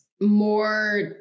more